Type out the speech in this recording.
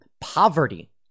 poverty